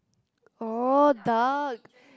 oh dark